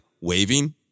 waving